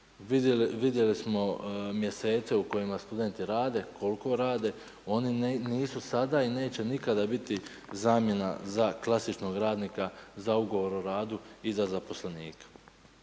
Vidjeli smo mjesece u kojima studenti rade, koliko rade. Oni nisu sada i ne će nikada biti zamjena za klasičnog radnika za ugovor o radu i za zaposlenika.